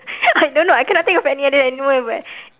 I don't know I cannot think of any other animal [what]